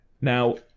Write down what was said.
Now